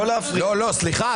לשלם-